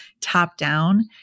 top-down